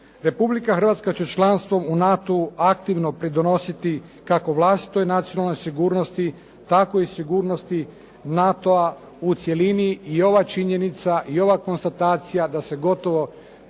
Republika Hrvatska će članstvom u NATO-u aktivno pridonositi, kako vlastitoj nacionalnoj sigurnosti, tako i sigurnosti NATO-a u cjelini. I ova činjenica i ova konstatacija da se gotovo